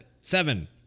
Seven